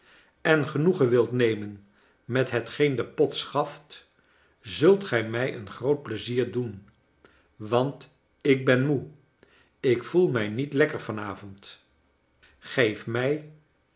en genoegen wilt nemen met hetgeen de pot schaft zult gij mij een groot plezier doen want ik ben moe ik voel mij niet lekker van avond g-eef mij